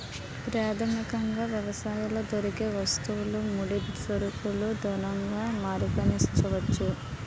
ప్రాథమికంగా వ్యవస్థలో దొరికే వస్తువులు ముడి సరుకులు ధనంగా పరిగణించవచ్చు